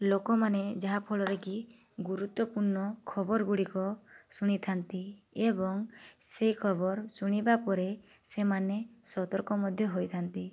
ଲୋକମାନେ ଯାହାଫଳରେ କି ଗୁରୁତ୍ଵପୂର୍ଣ୍ଣ ଖବର ଗୁଡ଼ିକ ଶୁଣିଥାଆନ୍ତି ଏବଂ ସେ ଖବର ଶୁଣିବା ପରେ ସେମାନେ ସତର୍କ ମଧ୍ୟ ହୋଇଥାନ୍ତି